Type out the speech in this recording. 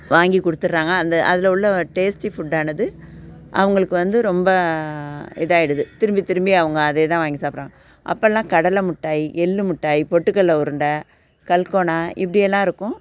வாங்கி கொடுத்துட்றாங்க அந்த அதில் உள்ள டேஸ்ட்டி ஃபுட்டானது அவர்களுக்கு வந்து ரொம்ப இதாக ஆகிடுது திரும்பி திரும்பி அவங்க அதே தான் வாங்கி சாப்பிட்றாங்க அப்பெலாம் கடலை மிட்டாய் எள் மிட்டாய் பொட்டுக்கடல உருண்டை கல்க்கோனா இப்படியெல்லாம் இருக்கும்